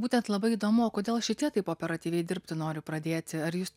būtent labai įdomu o kodėl šitie taip operatyviai dirbti nori pradėti ar jūs